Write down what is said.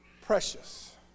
precious